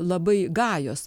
labai gajos